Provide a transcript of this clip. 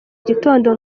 gitondo